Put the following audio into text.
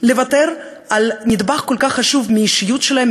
לוותר על נדבך כל כך חשוב מהאישיות שלהם,